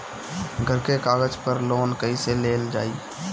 घर के कागज पर लोन कईसे लेल जाई?